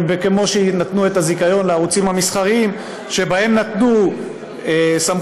כמו שנתנו את הזיכיון לערוצים המסחריים שבהם נתנו סמכות